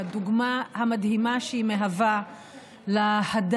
בדוגמה המדהימה שהיא מהווה להדר,